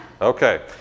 okay